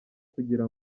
kugira